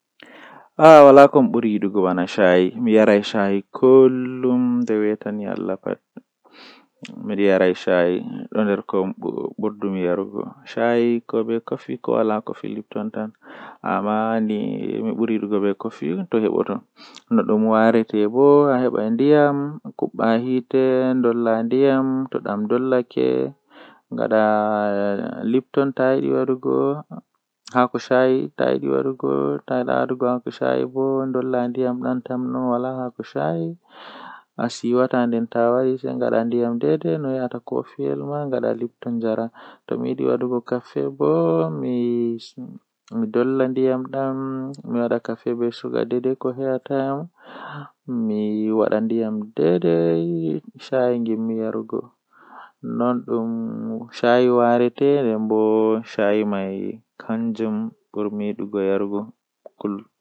Ko rayuwa hunde nufata kanjum woni adon joodi jam be jam haa saare ma adon nyama boddum adon waala haa babal boddum adon borna boddum nden adon mari ceede jei he'ata ma awawan waduki ko ayidi wadugo fuu.